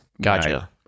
Gotcha